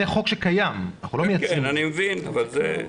זה חוק שקיים, אנחנו לא מייצרים את זה.